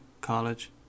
college